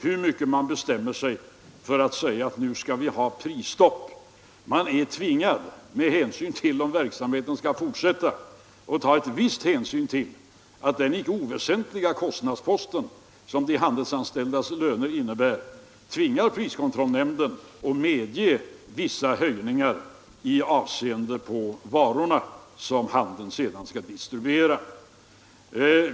Hur mycket man än bestämmer sig, herr Hermansson, för att vi skall ha prisstopp, så tvingas prisoch kartellnämnden ändå, om verksamheten skall kunna fortsätta, att ta viss hänsyn till den icke oväsentliga kostnadspost som de handelsanställdas löner utgör och medge vissa prishöjningar på de varor som handeln skall distribuera.